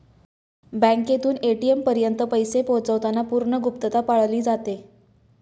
बँकेतून ए.टी.एम पर्यंत पैसे पोहोचवताना पूर्ण गुप्तता पाळली जाते